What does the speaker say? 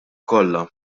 kollha